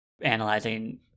analyzing